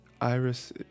iris